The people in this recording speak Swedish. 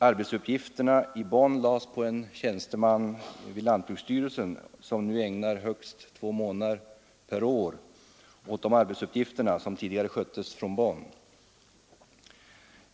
Arbetsuppgifterna i Bonn lades på en tjänsteman i lantbruksstyrelsen som nu ägnar högst två månader per år åt de arbetsuppgifter som tidigare sköttes från Bonn.